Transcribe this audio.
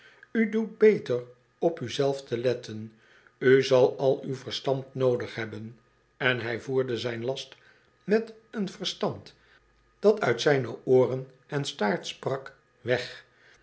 u doet beter op u zelf te letten u zal al uw verstand noodig hebben en hij voerde zyn last met een verstand dat uit zijne ooren en staart sprak weg